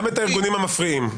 גם את הארגונים המפריעים.